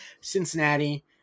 Cincinnati